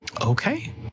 Okay